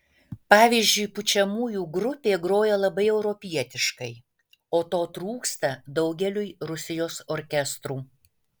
pavyzdžiui pučiamųjų grupė groja labai europietiškai o to trūksta daugeliui rusijos orkestrų